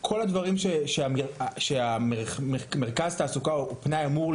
כל הדברים שמרכז תעסוקה ופנאי אמור